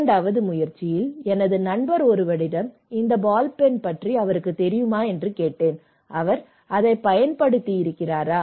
இரண்டாவது முயற்சியில் எனது நண்பர் ஒருவரிடம் இந்த பால் பென் பற்றி அவருக்குத் தெரியுமா என்று கேட்டேன் அவர் அதைப் பயன்படுத்தியிருக்கிறாரா